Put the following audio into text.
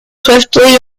swiftly